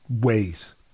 ways